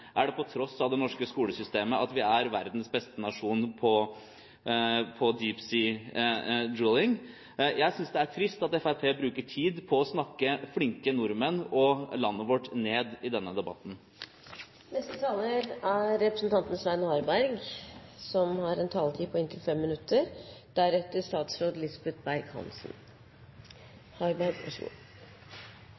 Er dette på tross av det norske skolesystemet? Er det på tross av det norske skolesystemet at vi er verdens beste nasjon på «deep sea drilling»? Jeg synes det er trist at Fremskrittspartiet bruker tid på å snakke flinke nordmenn og landet vårt ned i denne debatten. Om ikke Bjørnson har